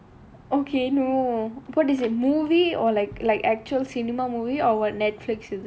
okay no what is it movie or like like actual cinema movie or what Netflix is it